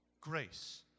grace